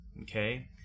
okay